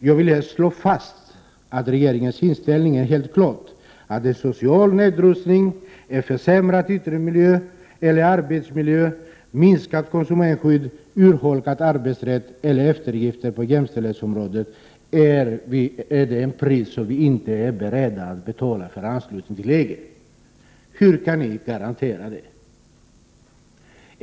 ”Jag vill här slå fast att regeringens inställning är helt klar: en social nedrustning, en försämrad yttre miljö eller arbetsmiljö, minskat konsumentskydd, urholkad arbetsrätt eller eftergifter på jämställdhetsområdet, är pris som vi inte är beredda att betala för ett närmare samarbete med EG.” Hur kan ni lämna garantier mot sådant?